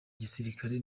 gisirikare